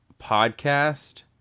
podcast